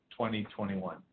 2021